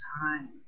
time